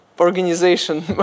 organization